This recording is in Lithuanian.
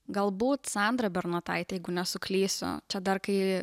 galbūt sandra bernotaitė jeigu nesuklysiu čia dar kai